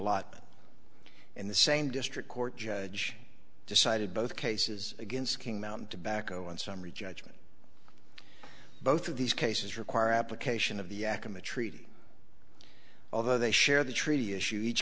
nt in the same district court judge decided both cases against king mountain tobacco and summary judgment both of these cases require application of the akam a treaty although they share the treaty issue each